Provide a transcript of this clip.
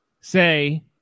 say